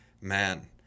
man